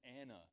Anna